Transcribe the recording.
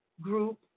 group